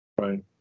Right